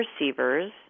receivers